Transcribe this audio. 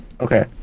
Okay